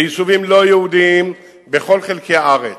ביישובים לא-יהודיים, בכל חלקי הארץ.